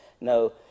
No